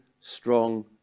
strong